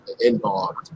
involved